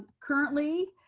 currently,